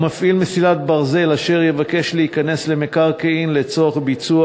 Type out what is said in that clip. מפעיל מסילת ברזל אשר יבקש להיכנס למקרקעין לצורך ביצוע